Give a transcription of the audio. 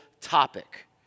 topic